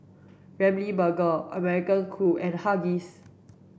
Ramly Burger American Crew and Huggies